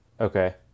Okay